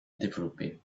développées